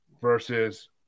versus